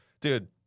dude